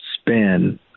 spin